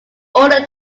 order